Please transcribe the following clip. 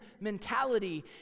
mentality